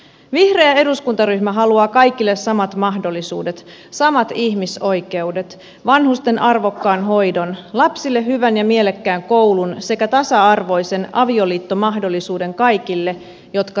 vihreä eduskuntaryhmä haluaa kaikille samat mahdollisuudet samat ihmisoikeudet vanhusten arvokkaan hoidon lapsille hyvän ja mielekkään koulun sekä tasa arvoisen avioliittomahdollisuuden kaikille jotka rakastavat